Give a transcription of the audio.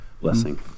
blessing